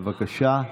בבקשה.